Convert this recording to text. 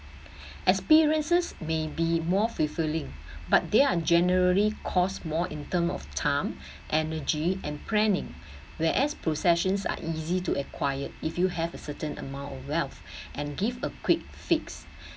experiences may be more fulfilling but they are generally cost more in terms of time energy and planning whereas possessions are easy to acquire if you have a certain amount of wealth and give a quick fits